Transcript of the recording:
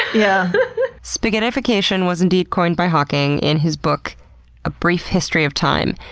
yeah spaghettification was indeed coined by hawking in his book a brief history of time.